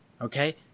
Okay